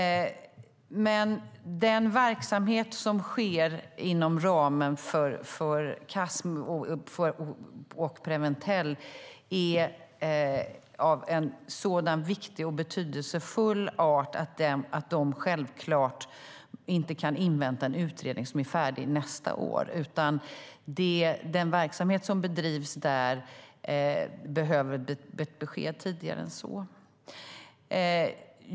Den verksamhet som sker inom ramen för Casm och Preventell är dock av sådan viktig och betydelsefull art att den självklart inte kan invänta en utredning som är färdig nästa år. Den verksamhet som bedrivs där behöver i stället besked tidigare än så.